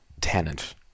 tenant